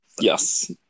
Yes